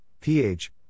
pH